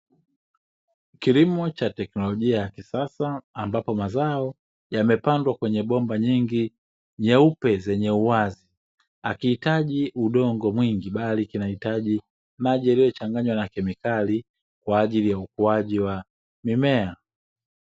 Kilimo cha teknolojia ya kisasa ambapo mazao yamepandwa kwenye bomba nyingi nyeupe zenye uwazi, hakihitaji udongo mwingi bali kinahitaji maji yaliyochanganywa na kemikali kwaajili ya ukuaji wa mimea.